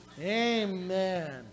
Amen